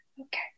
Okay